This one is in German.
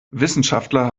wissenschaftler